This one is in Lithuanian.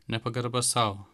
nepagarba sau